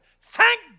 thank